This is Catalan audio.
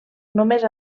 només